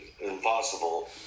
impossible